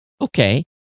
Okay